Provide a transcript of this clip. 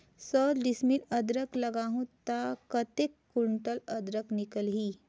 सौ डिसमिल अदरक लगाहूं ता कतेक कुंटल अदरक निकल ही?